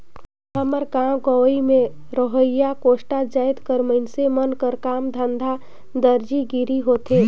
हमर गाँव गंवई में रहोइया कोस्टा जाएत कर मइनसे मन कर काम धंधा दरजी गिरी होथे